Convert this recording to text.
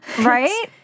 Right